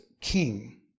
king